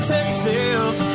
Texas